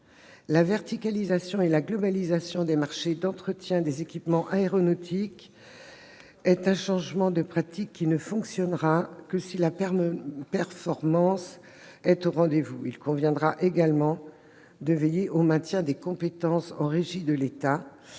La verticalisation et la globalisation des marchés d'entretien des équipements aéronautiques constituent un changement de pratique qui ne fonctionnera que si la performance est au rendez-vous. « Il conviendra également de veiller au maintien des compétences en régie de l'État